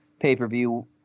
pay-per-view